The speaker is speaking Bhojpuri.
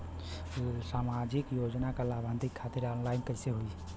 सामाजिक योजना क लाभान्वित खातिर ऑनलाइन कईसे होई?